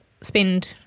spend